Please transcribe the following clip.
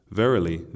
verily